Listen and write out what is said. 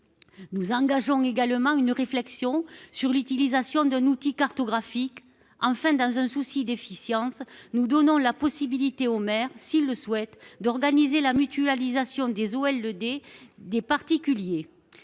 Nous souhaitons également engager une réflexion sur l'utilisation d'un outil cartographique. Enfin, dans un souci d'efficience, nous proposons de donner la possibilité aux maires, s'ils le souhaitent, d'organiser la mutualisation des OLD des particuliers.